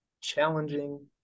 challenging